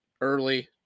early